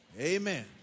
Amen